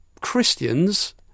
Christians